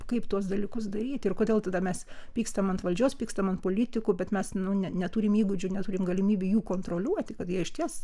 kaip tuos dalykus daryti ir kodėl tada mes pykstam ant valdžios pykstam ant politikų bet mes nu ne neturim įgūdžių neturim galimybių jų kontroliuoti kad jie išties